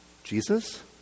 Jesus